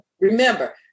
Remember